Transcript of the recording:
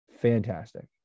fantastic